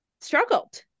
struggled